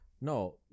No